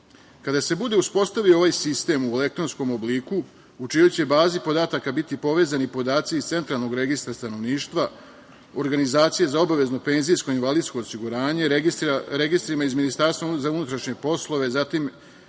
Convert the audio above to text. se bude uspostavio ovaj sistem u elektronskom obliku, u čijoj će bazi podataka biti povezani podaci iz centralnog registra stanovništva, organizacije za obavezno penzijsko i invalidsko osiguranje, registrima iz MUP, iz organizacija nadležnih